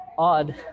Odd